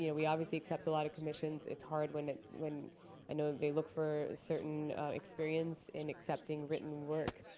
yeah we, obviously, accept a lot of commissions. it's hard when it when i know they look for certain experience in accepting written work.